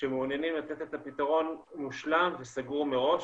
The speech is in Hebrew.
שמעוניינים לתת את הפתרון המושלם וסגור מראש,